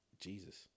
Jesus